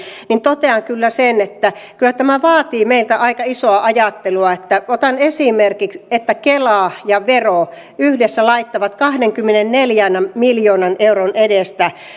totean kyllä sen että kyllä tämä vaatii meiltä aika isoa ajattelua otan esimerkiksi sen että kela ja vero yhdessä laittavat kahdenkymmenenneljän miljoonan euron edestä